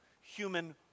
human